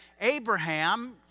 Abraham